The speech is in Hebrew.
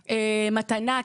מתנה,